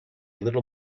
little